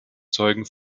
zeugen